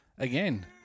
Again